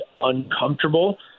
uncomfortable